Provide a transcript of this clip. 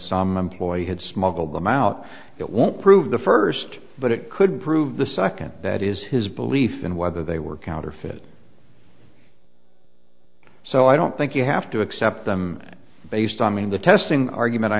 some employees had smuggled them out it won't prove the first but it could prove the second that is his belief in whether they were counterfeit so i don't think you have to accept them based on being the testing argument i